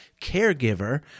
caregiver